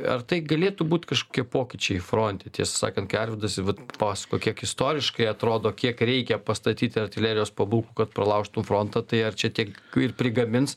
ar tai galėtų būt kažkokie pokyčiai fronte tiesą sakant kai arvydas vat pasakojo kiek istoriškai atrodo kiek reikia pastatyti artilerijos pabūklų kad pralaužtų frontą tai ar čia tiek ir prigamins